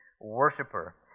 worshiper